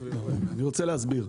אני רוצה להסביר.